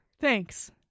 Thanks